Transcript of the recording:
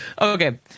Okay